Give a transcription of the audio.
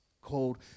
called